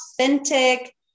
authentic